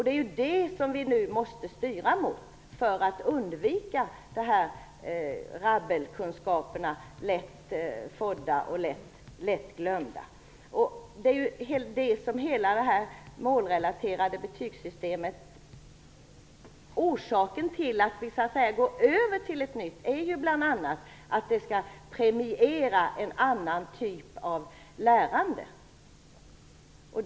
Det är detta vi nu måste styra mot för att undvika rabbelkunskaperna som man lätt får men som är lika lätt glömda. Orsaken till att vi vill gå över till ett nytt, målrelaterat betygssystem är bl.a. att det skall premiera en annan typ av lärande.